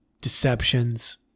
deceptions